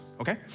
okay